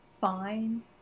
fine